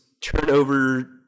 turnover